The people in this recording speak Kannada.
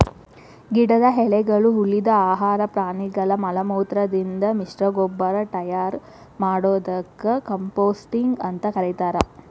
ಗಿಡದ ಎಲಿಗಳು, ಉಳಿದ ಆಹಾರ ಪ್ರಾಣಿಗಳ ಮಲಮೂತ್ರದಿಂದ ಮಿಶ್ರಗೊಬ್ಬರ ಟಯರ್ ಮಾಡೋದಕ್ಕ ಕಾಂಪೋಸ್ಟಿಂಗ್ ಅಂತ ಕರೇತಾರ